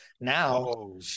now